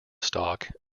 stalk